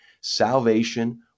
salvation